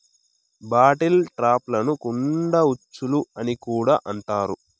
bottle ట్రాప్లను కుండ ఉచ్చులు అని కూడా అంటారు